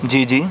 جی جی